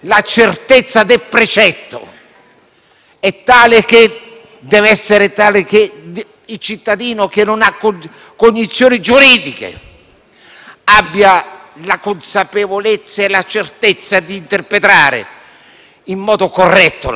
deve essere tale che il cittadino privo di cognizioni giuridiche abbia la consapevolezza e la certezza di interpretare in modo corretto la norma, affinché